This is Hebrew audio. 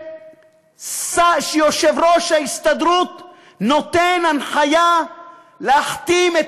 שיושב-ראש ההסתדרות נותן הנחיה להחתים את